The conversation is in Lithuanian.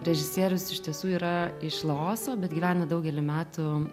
režisierius iš tiesų yra iš laoso bet gyvena daugelį metų